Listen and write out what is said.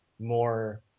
more